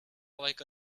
like